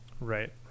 Right